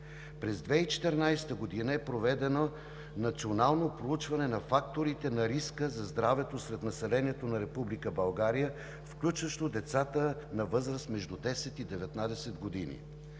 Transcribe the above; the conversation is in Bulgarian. През 2014 г. е проведено национално проучване на факторите на риска за здравето сред населението на Република България, включващо децата на възраст между 10 и 19 години.